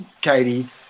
Katie